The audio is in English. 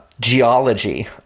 geology